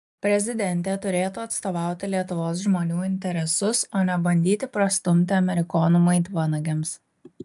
prezidentė turėtų atstovauti lietuvos žmonių interesus o ne bandyti prastumti amerikonų maitvanagiams